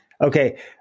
Okay